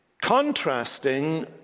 contrasting